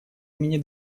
имени